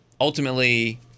ultimately